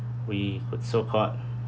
we would so-called